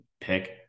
pick